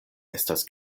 estas